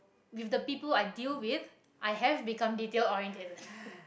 with the people i deal with i have become detail-orientated